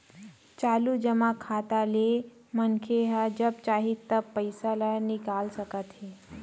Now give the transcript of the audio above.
चालू जमा खाता ले मनखे ह जब चाही तब पइसा ल निकाल सकत हे